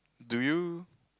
do you